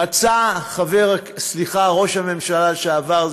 רצה ראש הממשלה לשעבר,